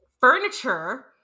furniture